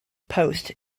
post